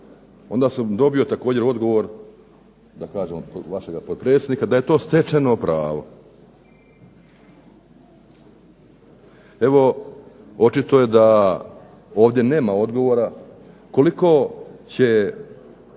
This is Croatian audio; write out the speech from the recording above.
onda sam dobio također odgovor, da kažem od vašega potpredsjednika, da je to stečeno pravo. Evo očito je da ovdje nema odgovora, koliko će